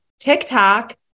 TikTok